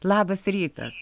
labas rytas